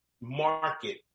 market